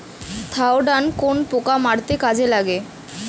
Thiodan কোন পোকা মারতে কাজে লাগে?